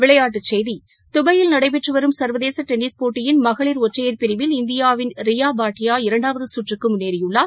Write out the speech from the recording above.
விளையாட்டுச் செய்கிகள் தபாயில் நடைபெற்று வரும் சர்வதேச டென்னிஸ் போட்டியின் மகளிர் ஒற்றையர் பிரிவில் இந்தியாவின் ரியா பாட்டியா இரண்டாவது சுற்றுக்கு முன்னேறியுள்ளார்